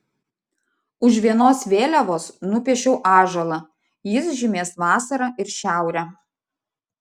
už vienos vėliavos nupiešiau ąžuolą jis žymės vasarą ir šiaurę